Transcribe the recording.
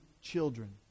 children